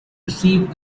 received